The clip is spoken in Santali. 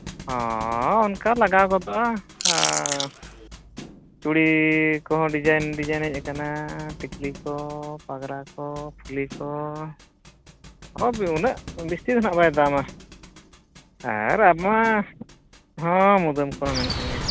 ᱦᱚᱸ ᱚᱱᱠᱟ ᱞᱟᱜᱟᱣ ᱜᱚᱫᱚᱜᱼᱟ ᱪᱩᱲᱤ ᱠᱚ ᱦᱚᱸ ᱰᱤᱡᱟᱭᱤᱱ ᱰᱤᱡᱟᱭᱤᱱ ᱦᱮᱡ ᱠᱟᱱᱟ ᱴᱤᱠᱞᱤ ᱠᱚ ᱯᱟᱜᱽᱨᱟ ᱠᱚ ᱯᱷᱩᱞᱤ ᱠᱚ ᱦᱚᱸ ᱩᱱᱟᱹᱜ ᱵᱮᱥᱤ ᱫᱚ ᱱᱟᱦᱟᱜ ᱵᱟᱭ ᱫᱟᱢᱟ ᱟᱨ ᱟᱢ ᱢᱟ ᱦᱚᱸ ᱢᱩᱫᱟᱹᱢ ᱠᱚ ᱦᱚᱸ ᱢᱮᱱᱟᱜ ᱜᱮᱭᱟ